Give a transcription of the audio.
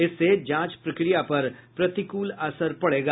इससे जांच प्रक्रिया पर प्रतिकूल असर पड़ेगा